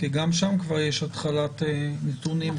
גם שם כבר יש התחלת נותנים.